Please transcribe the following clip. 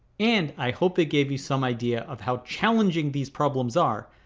and i hope it gave you some idea of how challenging these problems are,